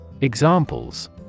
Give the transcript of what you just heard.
Examples